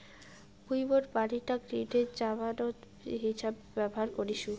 মুই মোর বাড়িটাক ঋণের জামানত হিছাবে ব্যবহার করিসু